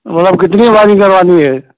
मतलब कितनी वाइरिंग करवानी है